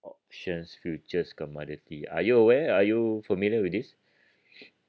options futures commodity are you aware are you familiar with this